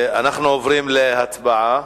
אנחנו עוברים להצבעה.